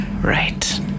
Right